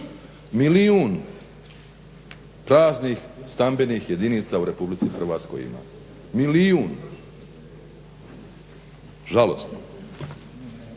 Milijun praznih stambenih jedinica u RH imamo. Milijun. Žalosno.